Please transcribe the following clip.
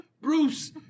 Bruce